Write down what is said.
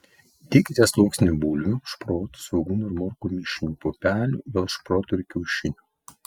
dėkite sluoksnį bulvių šprotų svogūnų ir morkų mišinį pupelių vėl šprotų ir kiaušinių